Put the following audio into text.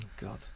god